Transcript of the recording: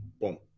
boom